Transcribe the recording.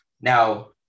now